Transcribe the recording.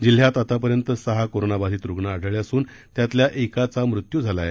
जिल्ह्यात आतापर्यंत सहा कोरोनाबाधित रुग्ण आढळले असून त्यातल्या एकाचा मृत्यू झालाय